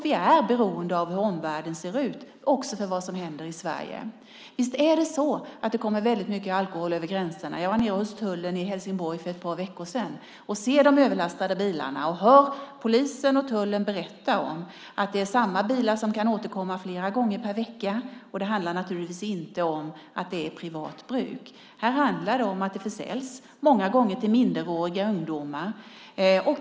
Vi är beroende av hur omvärlden ser ut, också för vad som händer i Sverige. Visst kommer det väldigt mycket alkohol över gränserna. Jag var nere hos tullen i Helsingborg för ett par veckor sedan, såg de överlastade bilarna och hörde polisen och tullen berätta om att samma bilar kan återkomma flera gånger per vecka. Det handlar naturligtvis inte om att det är privat bruk. Det försäljs, många gånger till minderåriga ungdomar.